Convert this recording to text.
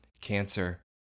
cancer